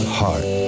heart